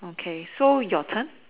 okay so your turn